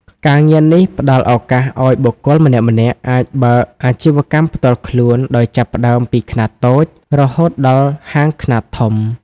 ការងារនេះផ្តល់ឱកាសឱ្យបុគ្គលម្នាក់ៗអាចបើកអាជីវកម្មផ្ទាល់ខ្លួនដោយចាប់ផ្តើមពីខ្នាតតូច រហូតដល់ហាងខ្នាតធំ។